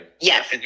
Yes